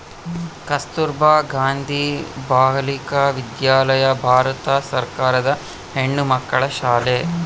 ಕಸ್ತುರ್ಭ ಗಾಂಧಿ ಬಾಲಿಕ ವಿದ್ಯಾಲಯ ಭಾರತ ಸರ್ಕಾರದ ಹೆಣ್ಣುಮಕ್ಕಳ ಶಾಲೆ